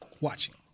watching